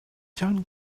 done